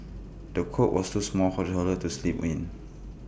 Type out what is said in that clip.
the cot was too small for the toddler to sleep in